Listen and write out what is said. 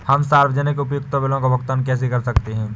हम सार्वजनिक उपयोगिता बिलों का भुगतान कैसे कर सकते हैं?